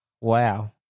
Wow